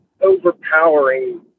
overpowering